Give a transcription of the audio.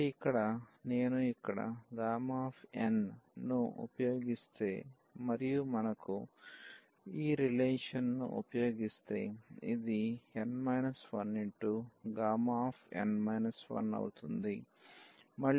కాబట్టి ఇక్కడ నేను ఇక్కడ n ను ఉపయోగిస్తే మరియు మనము ఈ రిలేషన్ ను ఉపయోగిస్తే ఇది Γఅవుతుంది